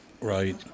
right